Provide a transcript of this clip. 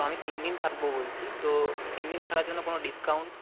আমি তিন দিন থাকব বলছি তো তিন দিন থাকার জন্য কোনো ডিসকাউন্ট